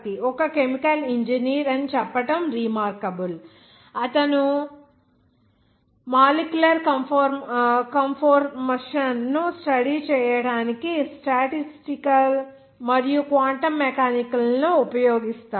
K Chakraborty ఒక chemical engineer అని చెప్పడం రీమార్కబుల్ అతను మాలిక్యూలర్ కంఫోర్మషన్ ను స్టడీ చేయడానికి స్టాటిస్టికల్ మరియు క్వాంటం మెకానిక్లను ఉపయోగిస్తాడు